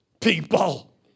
people